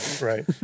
right